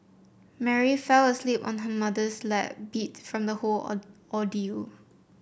Mary fell asleep on her mother's lap beat from the whole ordeal